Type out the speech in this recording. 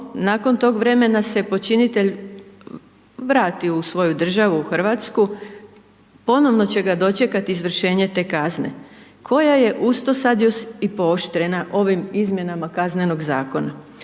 nakon tog vremena se počinitelj vrati u svoju državu Hrvatsku ponovno će ga dočekati izvršenje te kazne koja je uz to sad još i pooštrena ovim izmjenama Kaznenog zakona.